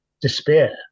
despair